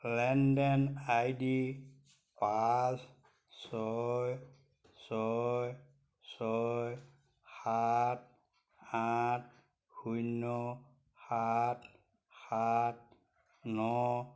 লেনদেন I D পাঁচ ছয় ছয় ছয় সাত আঠ শূন্য সাত সাত ন